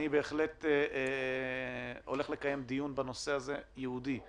אני בהחלט הולך לקיים דיון ייעודי